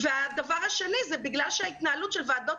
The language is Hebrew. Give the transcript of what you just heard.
והדבר השני זה כיוון שההתנהלות של וועדות